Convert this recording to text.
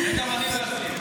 לזה גם אני לא אסכים.